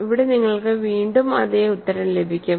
അവിടെ നിങ്ങൾക്ക് വീണ്ടും അതേ ഉത്തരം ലഭിക്കും